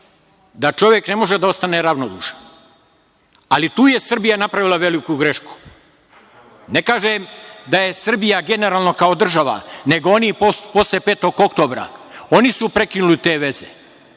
da čovek ne može da ostane ravnodušan. Tu je Srbija napravila veliku grešku. Ne kažem da je Srbija generalno kao država, nego oni posle „5. oktobra“, oni su prekinuli te veze,